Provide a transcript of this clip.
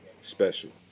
special